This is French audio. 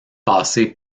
passer